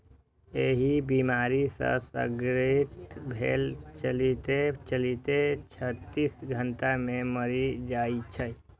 एहि बीमारी सं ग्रसित भेड़ चरिते चरिते छत्तीस घंटा मे मरि जाइ छै